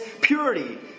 purity